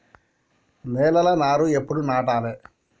నేలలా నారు ఎప్పుడు నాటాలె?